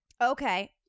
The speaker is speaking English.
okay